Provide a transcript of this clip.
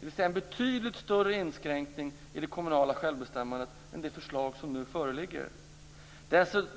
dvs. en betydligt större inskränkning i det kommunala självbestämmandet än det förslag som nu föreligger.